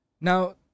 Now